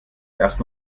erst